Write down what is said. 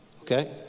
Okay